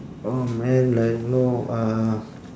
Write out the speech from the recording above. oh man like you know uh